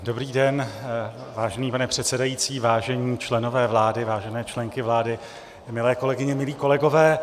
Dobrý den, vážený pane předsedající, vážení členové vlády, vážené členky vlády, milé kolegyně, milí kolegové.